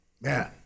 Man